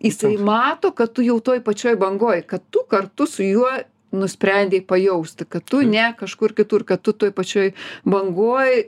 jisai mato kad tu jau toj pačioj bangoj kad tu kartu su juo nusprendei pajausti kad tu ne kažkur kitur kad tu toj pačioj bangoj